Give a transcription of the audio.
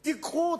תיקחו,